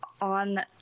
On